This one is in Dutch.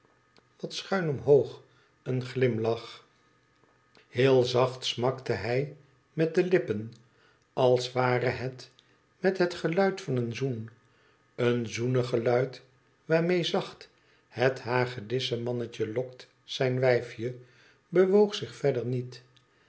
wat schuin hoog een ii glimlach heel zacht smakte hy met de lippen ah ware het met het geluid van een zoen het zoenegeluid waarmee zacht het hagedismannetje lokt zijn wijfje bewoog zich verder niet